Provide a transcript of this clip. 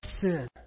sin